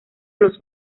los